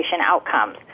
outcomes